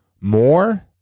more